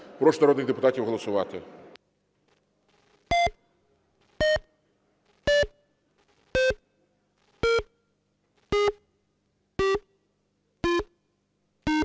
Прошу народних депутатів голосувати.